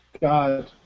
God